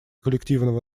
коллективного